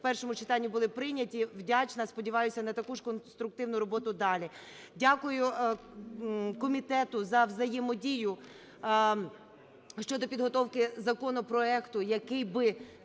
в першому читанні були прийняті. Вдячна і сподіваюся на таку ж конструктивну роботу дали. Дякую комітету за взаємодію щодо підготовки законопроекту, який би,